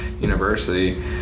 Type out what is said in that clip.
University